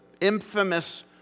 infamous